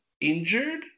injured